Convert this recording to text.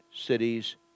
cities